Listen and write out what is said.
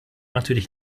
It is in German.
natürlich